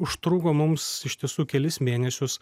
užtruko mums iš tiesų kelis mėnesius